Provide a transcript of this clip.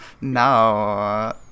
No